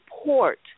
support